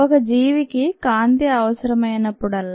ఒక జీవి కి కాంతి అవసరమైనప్పుడల్లా